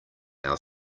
our